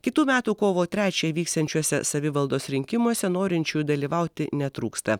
kitų metų kovo trečią vyksiančiuose savivaldos rinkimuose norinčių dalyvauti netrūksta